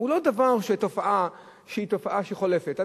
הוא לא תופעה שחולפת.